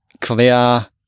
clear